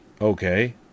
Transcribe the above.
Okay